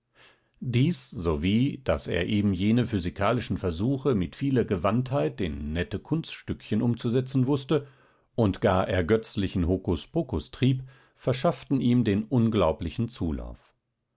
dies sowie daß er eben jene physikalischen versuche mit vieler gewandtheit in nette kunststückchen umzusetzen wußte und gar ergötzlichen hokuspokus trieb verschafften ihm den unglaublichen zulauf